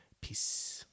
peace